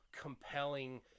compelling